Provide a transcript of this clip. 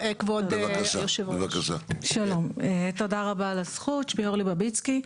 הזכות, שמי אורלי בביצקי,